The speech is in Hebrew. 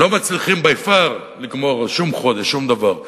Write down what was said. לא מצליחים by far לגמור שום חודש, שום דבר.